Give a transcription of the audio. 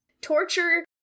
torture